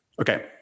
Okay